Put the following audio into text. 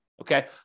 okay